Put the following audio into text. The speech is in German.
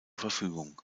verfügung